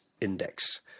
index